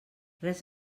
res